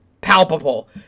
palpable